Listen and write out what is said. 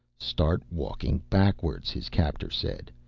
start walking backwards, his captor said.